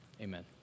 Amen